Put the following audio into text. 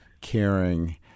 caring